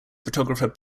photographer